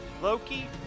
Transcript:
Loki